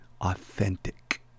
authentic